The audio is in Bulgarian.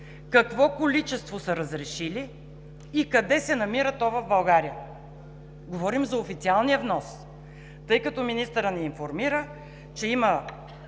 какво количество са разрешили и къде се намира то в България. Говорим за официалния внос, тъй като министърът ни информира, че има